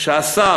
שהשר